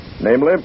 Namely